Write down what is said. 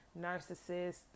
narcissist